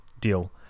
deal